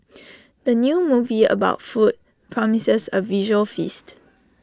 the new movie about food promises A visual feast